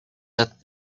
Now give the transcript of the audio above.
that